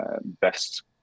best